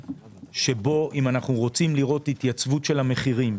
שבו אם אנחנו רוצים לראות התייצבות של מחירים,